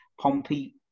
Pompey